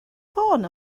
ffôn